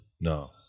No